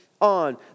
on